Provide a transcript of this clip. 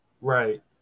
right